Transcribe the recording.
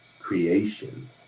creation